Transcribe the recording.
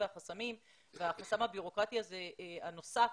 והחסמים והחסם הבירוקרטי הזה הנוסף,